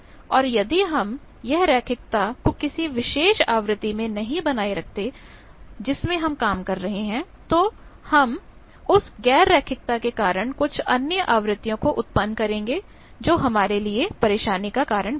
और यदि हम यह रैखिकता को किसी विशेष आवृत्ति में नहीं बनाए रखते जिसमें हम काम कर रहे हैं तो हम उस गैर रैखिकता के कारण कुछ अन्य आवृत्तियों को उत्पन्न करेंगे जो हमारे लिए परेशानी का कारण बनेगा